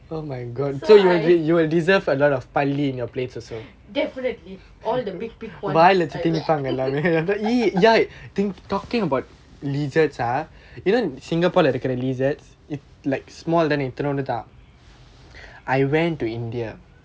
definitely all the big big ones